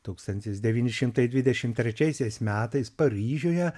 tūkstantis devyni šimtai dvidešimt trečiaisiais metais paryžiuje